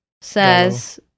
says